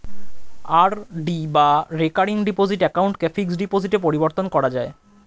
RD বা recurring deposit অ্যাকাউন্টকে fixed ডিপোজিটে পরিবর্তন করা যায়